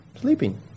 sleeping